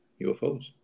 UFOs